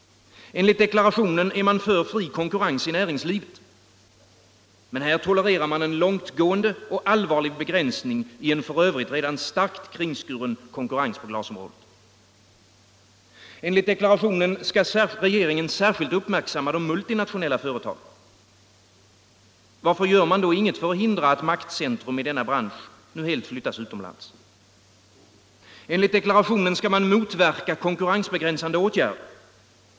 Enligt deklarationen är man för fri konkurrens i näringslivet. Men här tolererar man en långtgående och allvarlig begränsning i en f. ö. redan starkt kringskuren konkurrens på glasområdet. Enligt deklarationen skall regeringen särskilt uppmärksamma de multinationella företagen. Varför gör man då inget för att hindra att maktcentrum i denna bransch 'nu helt flyttas utomlands? Enligt deklarationen skall man motverka konkurrensbegränsande åtgärder.